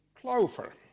clover